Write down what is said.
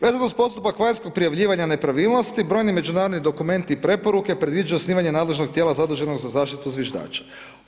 Vezano uz postupak vanjskog prijavljivanja nepravilnosti brojni međunarodni dokumenti i preporuke predviđa osnivanje nadležnog tijela zaduženog za zaštitu zviždača.